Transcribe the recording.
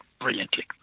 brilliantly